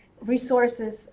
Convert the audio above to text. resources